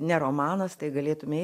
ne romanas tai galėtume